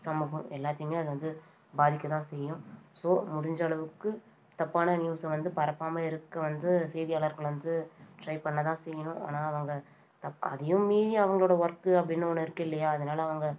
சமூகம் எல்லாத்தையுமே அது வந்து பாதிக்கதான் செய்யும் ஸோ முடிஞ்ச அளவுக்கு தப்பான நியூஸை வந்து பரப்பாமல் இருக்க வந்து செய்தியாளர்கள் வந்து ட்ரை பண்ணதான் செய்யணும் ஆனால் அவங்க தப் அதையும் மீறி அவங்களோட ஒர்க் அப்படின்னு ஒன்று இருக்குது இல்லையா அதனால அவங்க